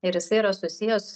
ir jisai yra susijęs